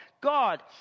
God